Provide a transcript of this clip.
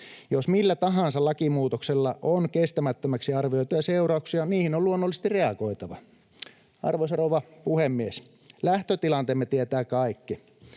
Jos millä tahansa lakimuutoksella on kestämättömäksi arvioituja seurauksia, niihin on luonnollisesti reagoitava. Arvoisa rouva puhemies! Lähtötilanteemme tietävät kaikki.